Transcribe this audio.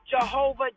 Jehovah